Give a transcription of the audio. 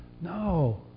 No